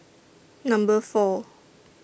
Number four